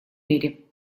мире